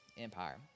Empire